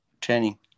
training